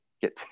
get